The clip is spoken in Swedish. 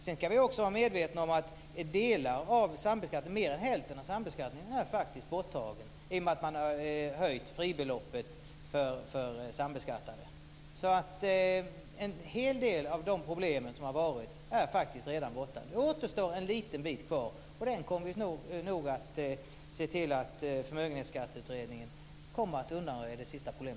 Sedan ska vi också vara medvetna om att mer än hälften av sambeskattningen är borttagen, i och med att fribeloppet för sambeskattade har höjts. En hel del av de problem som har varit är faktiskt redan borta. Nu återstår en liten bit. Vi kommer nog att se till att Förmögenhetsskatteutredningen undanröjer också detta sista problem.